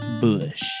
Bush